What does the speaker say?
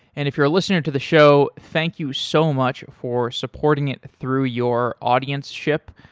and if you're a listener to the show, thank you so much for supporting it through your audienceship.